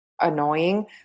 annoying